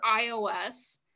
iOS